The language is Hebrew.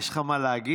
יש לך מה להגיד?